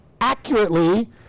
accurately